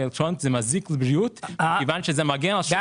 אלקטרוניות מזיק לבריאות כיוון שזה מגן על הטבק.